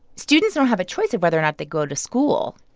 students don't have a choice of whether or not they go to school.